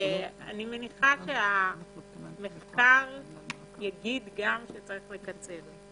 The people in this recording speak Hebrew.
אני מניחה שהמחקר יגיד שצריך לקצר.